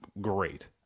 Great